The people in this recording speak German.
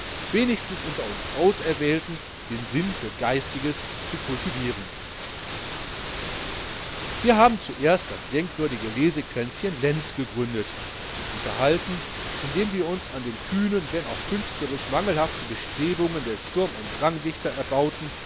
wenigstens unter uns den sinn für geistiges zu kultivieren wir haben zuerst das denkwürdige lesekränzchen lenz gegründet und unterhalten indem wir uns an den kühnen wenn auch künstlerisch mangelhaften bestrebungen der sturm und drang dichter erbauten